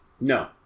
No